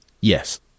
Yes